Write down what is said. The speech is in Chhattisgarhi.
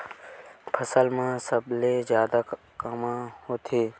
फसल मा सबले जादा कामा होथे?